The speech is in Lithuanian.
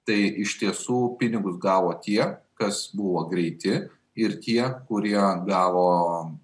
tai iš tiesų pinigus gavo tie kas buvo greiti ir tie kurie gavo